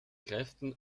kräften